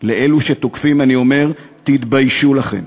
לאלו שתוקפים אני אומר: תתביישו לכם.